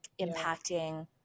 impacting